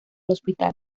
hospital